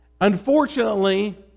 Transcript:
Unfortunately